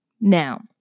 Now